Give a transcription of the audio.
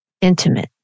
intimate